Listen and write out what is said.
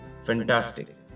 Fantastic